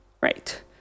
right